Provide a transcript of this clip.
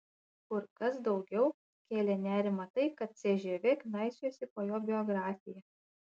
kur kas daugiau kėlė nerimą tai kad cžv knaisiojasi po jo biografiją